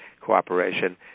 cooperation